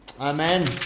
Amen